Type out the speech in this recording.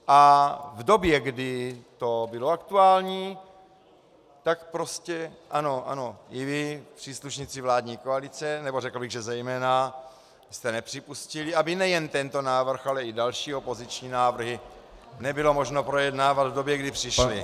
A v době, kdy to bylo aktuální, tak prostě, ano, ano, i vy příslušníci vládní koalice, nebo řekl bych, že zejména, jste nepřipustili, aby nejen tento návrh, ale i další opoziční návrhy nebylo možno projednávat v době, kdy přišly.